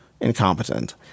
incompetent